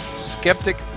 Skeptic